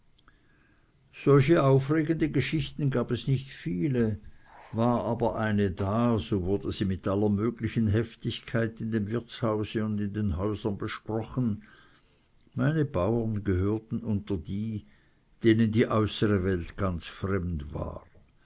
solche aufregende geschichten gab es nicht viele war aber eine da so wurde sie mit aller möglichen heftigkeit in dem wirtshause und in den häusern besprochen meine bauern gehörten unter die denen die äußere welt ganz fremd war